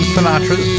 Sinatra